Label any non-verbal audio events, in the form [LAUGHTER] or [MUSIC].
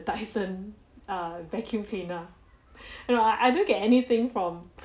dyson err vacuum cleaner [LAUGHS] you know I don't get anything from